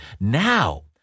now